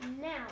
Now